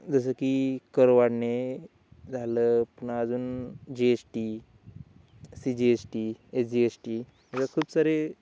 जसं की कर वाढणे झालं पुन्हा अजून G S T C G S T G S T हे खूप सारे